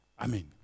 Amen